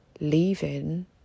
leaving